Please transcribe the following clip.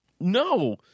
No